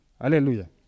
Hallelujah